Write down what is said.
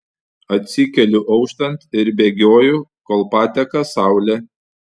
atsikeliu auštant ir bėgioju kol pateka saulė